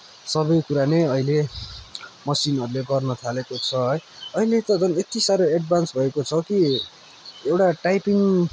सबै कुरा नै अहिले मसिनहरूले गर्नथालेको छ है अहिले त झन् यति साह्रो एडभान्स भएको छ कि एउटा टाइपिङ